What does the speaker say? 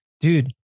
dude